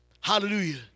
Hallelujah